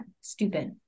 stupid